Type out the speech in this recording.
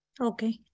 Okay